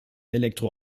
elektro